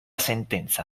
sentenza